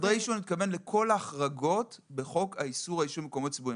אני מתכוון לכל ההחרגות בחוק איסור העישון במקומות ציבוריים.